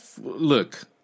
look